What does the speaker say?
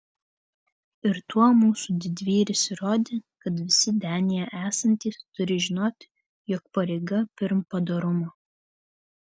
ir tuo mūsų didvyris įrodė kad visi denyje esantys turi žinoti jog pareiga pirm padorumo